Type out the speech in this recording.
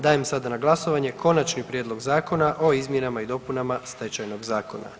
Dajem sada na glasovanje Konačni prijedlog zakona o izmjenama i dopunama Stečajnog zakona.